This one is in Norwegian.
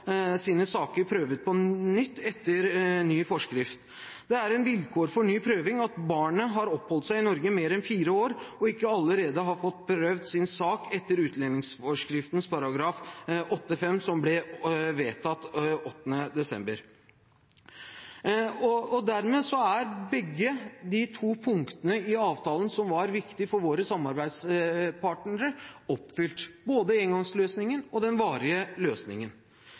sine saker prøvd på nytt etter ny forskrift. Det er et vilkår for ny prøving at barnet har oppholdt seg i Norge i mer enn fire år og ikke allerede har fått prøvd sin sak etter utlendingsforskriften § 8-5, som ble vedtatt 8. desember. Dermed er begge de to punktene i avtalen som var viktige for våre samarbeidspartnere, oppfylt: både engangsløsningen og den varige løsningen.